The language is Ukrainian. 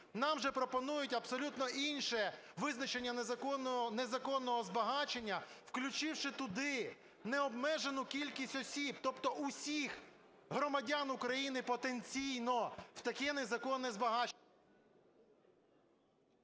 Нам же пропонують абсолютно інше визначення незаконного збагачення, включивши туди необмежену кількість осіб, тобто усіх громадян України потенційно в таке незаконне збагачення.